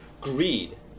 greed